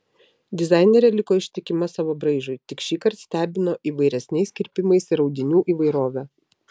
dizainerė liko ištikima savo braižui tik šįkart stebino įvairesniais kirpimais ir audinių įvairove